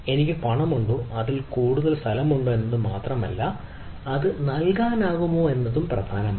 എനിക്ക് പണമുണ്ടോ അതോ കൂടുതൽ സ്ഥലമുണ്ടോ എന്നത് മാത്രമല്ല അത് നൽകാനാകുമോ എന്നതും നോക്കണം